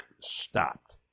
stopped